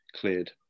cleared